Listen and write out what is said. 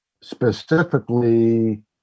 specifically